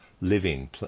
living